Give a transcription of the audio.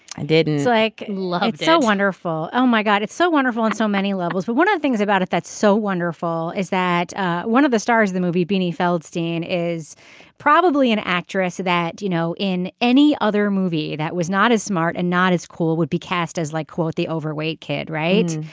i did. it's like life so wonderful. oh my god it's so wonderful on so many levels but one of the things about it that's so wonderful is that ah one of the stars the movie beanie feldstein is probably an actress that you know in any other movie that was not as smart and not as cool would be cast as like quote the overweight kid right.